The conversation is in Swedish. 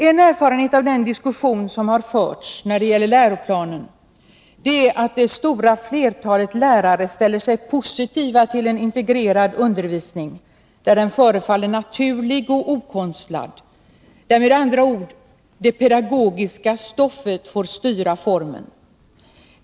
En erfarenhet som vi kan göra av den diskussion som har förts om läroplanen är att det stora flertalet lärare ställer sig positiva till en integrerad undervisning där den förefaller naturlig och okonstlad, där, med andra ord, det pedagogiska stoffet får styra formen.